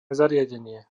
zariadenie